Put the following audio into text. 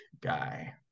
guy